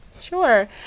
Sure